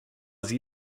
sie